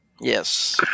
Yes